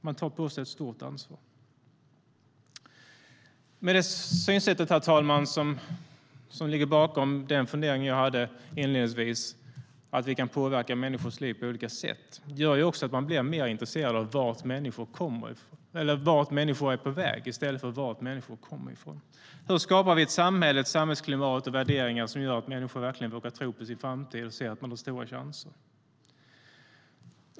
Det är ett stort ansvar man tar på sig. STYLEREF Kantrubrik \* MERGEFORMAT Utbildning för nyanlända elever - mottagande och skolgångHur skapar vi ett samhälle med ett klimat och värderingar som gör att människor vågar tro på sin framtid och ser att de har stora chanser?